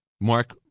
Mark